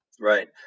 Right